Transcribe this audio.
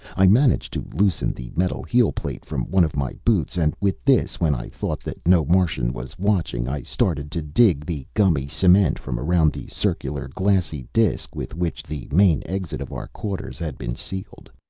i managed to loosen the metal heel-plate from one of my boots, and with this, when i thought that no martian was watching, i started to dig the gummy cement from around the circular glassy disc with which the main exit of our quarters had been sealed.